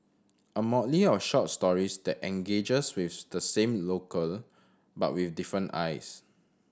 a motley of short stories that engages with the same locale but with different eyes